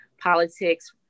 politics